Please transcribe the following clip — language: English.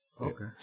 Okay